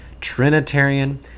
Trinitarian